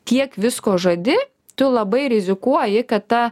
tiek visko žadi tu labai rizikuoji kad ta